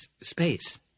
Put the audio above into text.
space